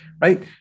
right